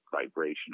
vibration